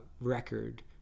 record